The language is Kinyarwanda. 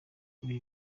ibi